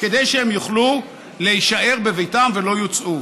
כדי שהם יוכלו להישאר בביתם ולא יוצאו.